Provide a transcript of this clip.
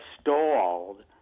stalled